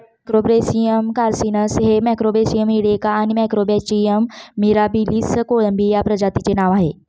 Macrobrachium carcinus हे Macrobrachium इडेक आणि मॅक्रोब्रॅचियम मिराबिलिस कोळंबी या प्रजातींचे नाव आहे